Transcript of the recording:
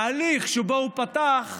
וההליך שבו הוא פתח,